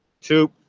Two